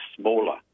smaller